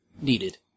needed